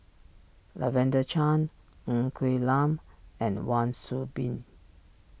Lavender Chang Ng Quee Lam and Wan Soon Bee